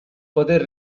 poter